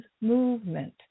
movement